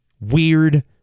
weird